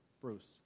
Bruce